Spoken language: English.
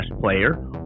player